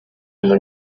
iyi